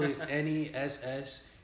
N-E-S-S